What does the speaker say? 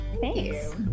Thanks